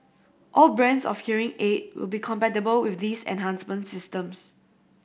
all brands of hearing aid will be compatible with these enhancement systems